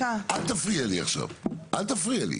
אל תפריע לי עכשיו אל תפריע לי,